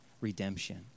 redemption